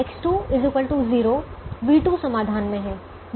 X2 0 v2 समाधान में है